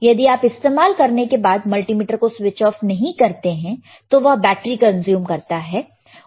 यदि आप इस्तेमाल करने के बाद मल्टीमीटर को स्विच ऑफ नहीं करते हैं तो वह बैटरी कंज्यूम करता है